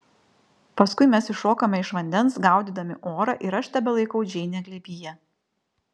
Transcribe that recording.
paskui mes iššokame iš vandens gaudydami orą ir aš tebelaikau džeinę glėbyje